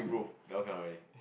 that one cannot already